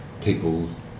people's